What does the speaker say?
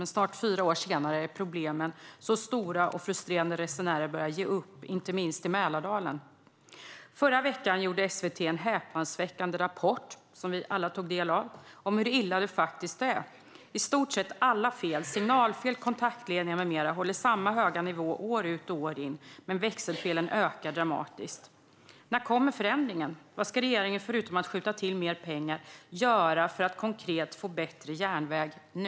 Men snart fyra år senare är problemen stora, och frustrerade resenärer, inte minst i Mälardalen, börjar ge upp. Förra veckan visade SVT en häpnadsväckande rapport, som vi alla tog del av, om hur illa det faktiskt är. I stort sett alla fel, signalfel, nedrivna kontaktledningar med mera, håller samma höga nivå år ut och år in, men växelfelen ökar dramatiskt. När kommer förändringen? Vad ska regeringen förutom att skjuta till mer pengar göra för att konkret få bättre järnväg nu?